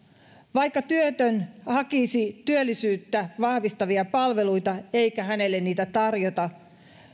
vaikka työtön hakisi työllisyyttä vahvistavia palveluita eikä hänelle niitä tarjota